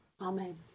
Amen